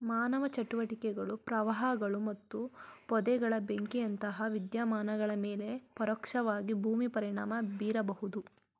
ಮಾನವ ಚಟುವಟಿಕೆಗಳು ಪ್ರವಾಹಗಳು ಮತ್ತು ಪೊದೆಗಳ ಬೆಂಕಿಯಂತಹ ವಿದ್ಯಮಾನಗಳ ಮೇಲೆ ಪರೋಕ್ಷವಾಗಿ ಭೂಮಿ ಪರಿಣಾಮ ಬೀರಬಹುದು